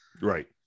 Right